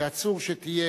שאסור שתהיה,